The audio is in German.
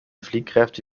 fliehkräfte